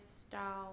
style